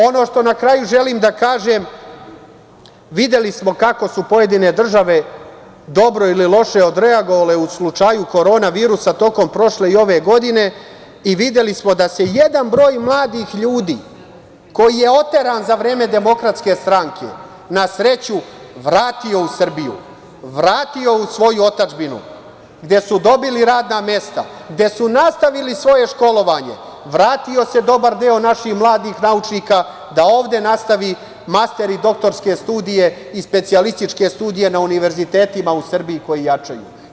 Ono što na kraju želim da kažem, videli smo kako su pojedine države, dobro ili loše odreagovale u slučaju korona virusa tokom prošle i ove godine i videli smo da se jedan broj mladih ljudi koji je oteran za vreme DS, na sreću vratio u Srbiju, vratio u svoju otadžbinu gde su dobili radna mesta, gde su nastavili svoje školovanje, vratio se dobar naših mladih naučnika da ovde nastavi master i doktorske studije i specijalističke studije na univerzitetima u Srbiji koji jačaju.